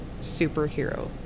superhero